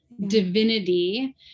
divinity